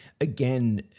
again